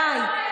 די.